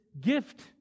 gift